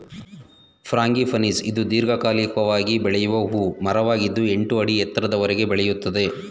frangipanis ಇದು ದೀರ್ಘಕಾಲಿಕವಾಗಿ ಬೆಳೆಯುವ ಹೂ ಮರವಾಗಿದ್ದು ಎಂಟು ಅಡಿ ಎತ್ತರದವರೆಗೆ ಬೆಳೆಯುತ್ತದೆ